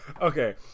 Okay